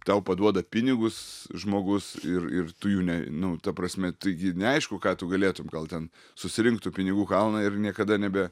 tau paduoda pinigus žmogus ir ir tu jų ne nu ta prasme taigi neaišku ką tu galėtum gal ten susirinkt tų pinigų kalną ir niekada nebe